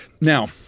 Now